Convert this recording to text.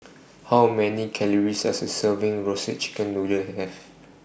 How Many Calories Does A Serving of Roasted Chicken Noodle Have